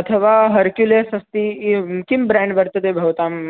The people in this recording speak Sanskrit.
अथवा हर्क्युलेस् अस्ति एवं किं ब्रेण्ड् वर्तते भवताम्